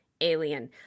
Alien